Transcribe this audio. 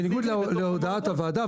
בניגוד להודעת הוועדה.